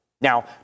Now